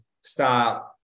stop